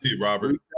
Robert